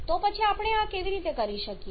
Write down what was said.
તો પછી આપણે આ કેવી રીતે કરી શકીએ